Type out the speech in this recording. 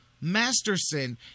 Masterson